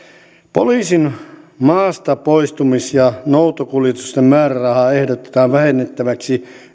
poliisin maastapoistamis ja noutokuljetusten määrärahaa ehdotetaan vähennettäväksi